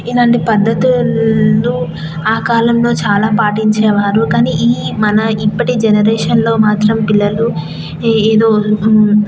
ఇలాంటి పద్ధతులు ఆ కాలంలో చాలా పాటించేవారు కానీ ఈ మన ఇప్పటి జనరేషన్లో మాత్రం పిల్లలు ఏదో